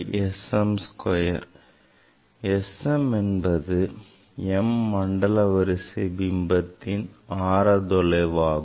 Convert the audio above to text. S m என்பது m வரிசை மண்டல பிம்பத்தின் ஆர தொலைவாகும்